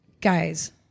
guys